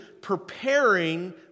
preparing